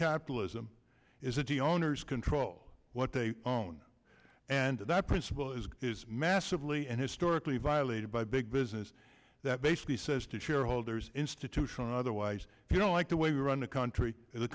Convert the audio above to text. capitalism is that the owners control what they own and that principle is massively and historically violated by big business that basically says to shareholders institution otherwise if you don't like the way we run the country a